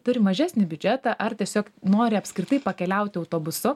turi mažesnį biudžetą ar tiesiog nori apskritai pakeliauti autobusu